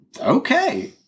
Okay